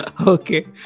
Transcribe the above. okay